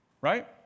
right